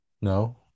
No